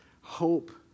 hope